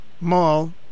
Mall